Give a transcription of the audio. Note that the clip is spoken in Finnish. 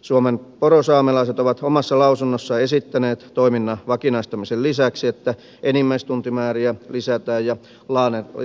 suomen porosaamelaiset ovat omassa lausunnossaan esittäneet toiminnan vakinaistamisen lisäksi että enimmäistuntimääriä lisätään ja